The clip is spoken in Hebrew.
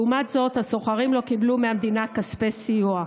לעומת זאת השוכרים לא קיבלו מהמדינה כספי סיוע.